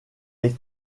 est